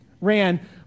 ran